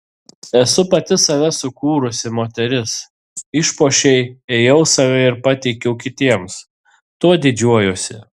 esu pati save sukūrusi moteris išpuošei ėjau save ir pateikiau kitiems tuo didžiuojuosi